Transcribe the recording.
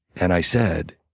and i said,